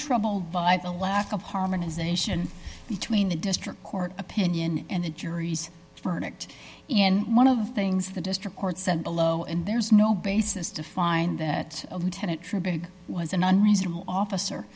troubled by the lack of harmonization between the district court opinion and jury's verdict in one of the things the district court said below and there's no basis to find that tenet was an unreasonable officer